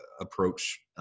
approach